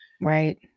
right